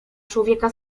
człowieka